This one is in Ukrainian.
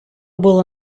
було